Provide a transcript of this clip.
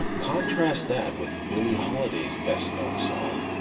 contrast that with billie holiday's best-known song,